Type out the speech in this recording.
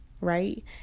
Right